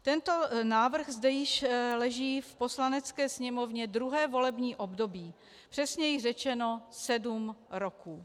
Tento návrh zde již leží v Poslanecké sněmovně druhé volební období, přesněji řečeno sedm roků.